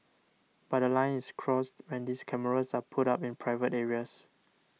but line is crossed when these cameras are put up in private areas